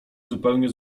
zupełnie